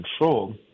control